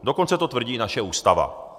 Dokonce to tvrdí naše Ústava.